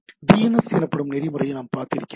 DNS எனப்படும் நெறிமுறையை நாம் பார்த்திருக்கிறோம்